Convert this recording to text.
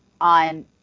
on